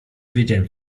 wiedziałem